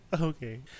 Okay